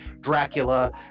Dracula